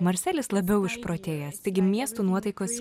marselis labiau išprotėjęs taigi miestų nuotaikos